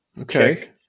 Okay